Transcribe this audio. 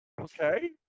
Okay